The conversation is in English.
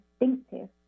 instinctive